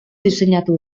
diseinatu